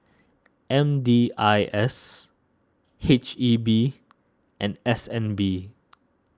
M D I S H E B and S N B